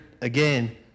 again